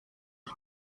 uko